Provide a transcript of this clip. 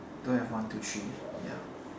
don't have one two three ya